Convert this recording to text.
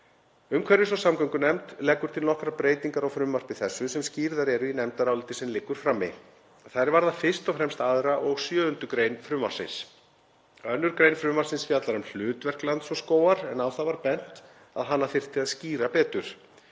Umhverfis- og samgöngunefnd leggur til nokkrar breytingar á frumvarpi þessu sem skýrðar eru í nefndaráliti sem liggur frammi. Þær varða fyrst og fremst 2. og 7. gr. frumvarpsins. 2. gr. frumvarpsins fjallar um hlutverk Lands og skógar en á það var bent að hana þyrfti að skýra betur.